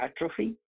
atrophy